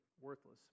worthless